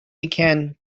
began